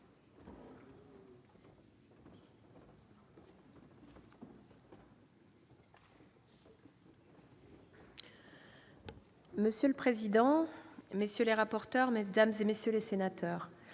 Monsieur le président, messieurs les rapporteurs, mesdames, messieurs les sénateurs,